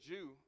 Jew